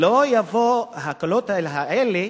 וההקלות האלה